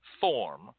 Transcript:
form